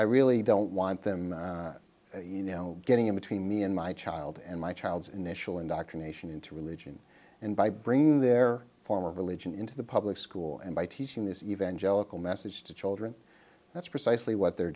i really don't want them you know getting in between me and my child and my child's initial indoctrination into religion and by bringing their form of religion into the public school and by teaching this evangelical message to children that's precisely what they're